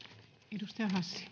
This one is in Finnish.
arvoisa puhemies